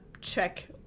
check